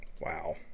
Wow